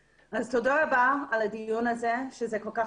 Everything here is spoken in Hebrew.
רבה על הדיון החשוב הזה.